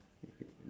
ya